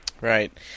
Right